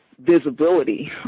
visibility